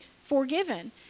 forgiven